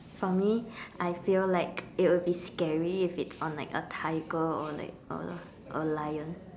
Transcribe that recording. for me I feel like it will be scary if it's on like a tiger or like a a lion